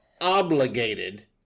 obligated